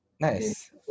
Nice